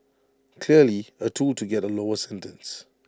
clearly A tool to get A lower sentence